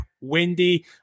windy